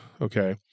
okay